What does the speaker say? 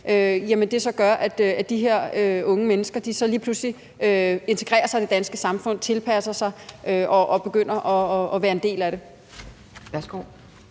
gør, at de her unge mennesker lige pludselig integrerer sig i det danske samfund, tilpasser sig og begynder at være en del af det.